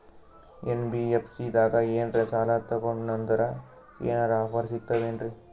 NBFC ದಾಗ ಏನ್ರ ಸಾಲ ತೊಗೊಂಡ್ನಂದರ ಏನರ ಆಫರ್ ಸಿಗ್ತಾವೇನ್ರಿ?